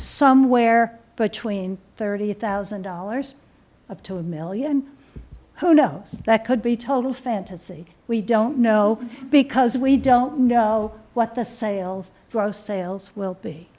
somewhere between thirty thousand dollars of two million who knows that could be total fantasy we don't know because we don't know what the sales growth sales will be